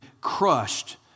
crushed